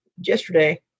yesterday